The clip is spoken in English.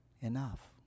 Enough